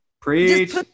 Preach